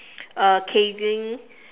uh casing